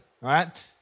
right